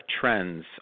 trends